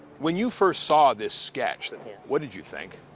when you first saw this sketch, what did you think?